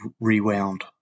rewound